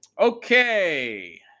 Okay